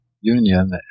Union